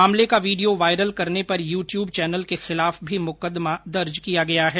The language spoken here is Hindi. मामले का विडियो वायरल करने पर यूट्यूब चैनल के खिलाफ भी मुकदमा दर्ज किया गया है